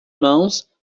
mãos